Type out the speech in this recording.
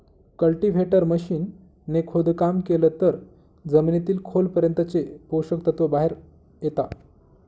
cultivator machine ने खोदकाम केलं तर जमिनीतील खोल पर्यंतचे पोषक तत्व बाहेर येता